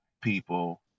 people